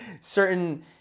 certain